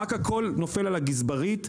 רק הכל נופל על הגזברית,